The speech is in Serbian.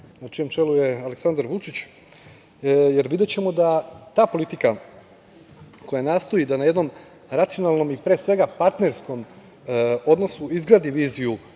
na čijem čelu je Aleksandar Vučić, jer videćemo da ta politika koja nastoji da na jednom racionalnom i pre svega partnerskom odnosu izgradi viziju